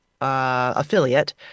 affiliate